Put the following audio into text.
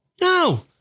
no